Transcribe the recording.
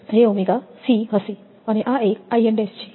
તેથી તે 𝑉𝑛1×𝑗𝜔𝑐 હશે અને આ એક 𝐼𝑛′ છે